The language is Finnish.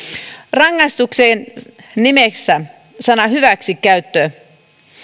rangaistuksen nimessä sana hyväksikäyttö